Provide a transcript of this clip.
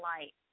light